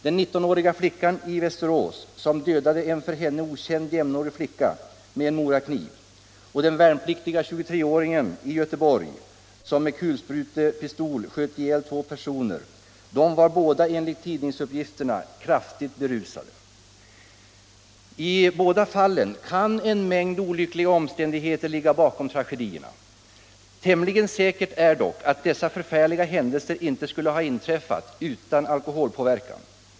Den 19-åriga flickan i Västerås som dödade en för henne okänd jämnårig flicka med en morakniv och den värnpliktiga 23-åringen som med en kulsprutepistol sköt ihjäl två personer på ett diskotek i Göteborg var båda enligt tidningsuppgifterna kraftigt berusade. I båda fallen kan en mängd olyckliga omständigheter ligga bakom tragedierna. Tämligen säkert är dock att dessa förfärliga händelser inte skulle ha inträffat utan alkoholpåverkan.